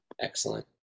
Excellent